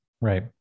Right